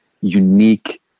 unique